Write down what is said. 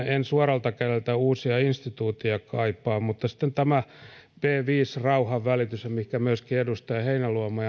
en suoralta kädeltä uusia instituutioita kaipaa sitten tämä p viisi rauhanvälitys ja pohjois korea mihinkä viitattiin myöskin edustaja heinäluoma